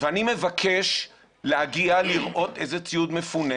ואני מבקש להגיע לראות איזה ציוד מפונה